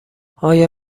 آیا